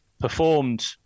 performed